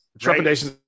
Trepidation